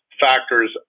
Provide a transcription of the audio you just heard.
factors